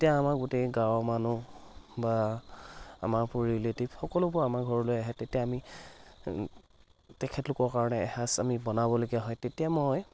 তেতিয়া আমাৰ গোটেই গাঁৱৰ মানুহ বা আমাৰ প ৰিলেটিভ সকলোবোৰ আমাৰ ঘৰলৈ আহে তেতিয়া আমি তেখেতলোকৰ কাৰণে এসাঁজ আমি বনাবলগীয়া হয় তেতিয়া মই